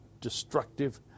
destructive